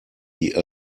die